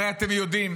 הרי אתם יודעים